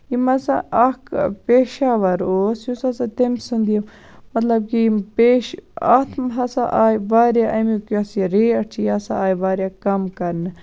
یِم ہسا اکھ پیشاوَر اوس یُس ہسا تٔمۍ سُنٛد یہِ مطلب یِم پیشہٕ اَتھ ہسا آیہِ واریاہ اَمیُک یۄس یہِ ریٹ چھِ یہِ ہسا آیہِ وریاہ کَم کرنہٕ